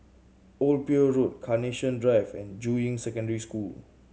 Old Pier Road Carnation Drive and Juying Secondary School